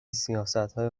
سیاستهای